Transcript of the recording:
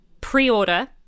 pre-order